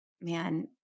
man